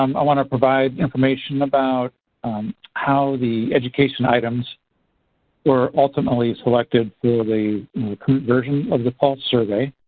um i want to provide information about how the education items were ultimately selected for the current version of the pulse survey,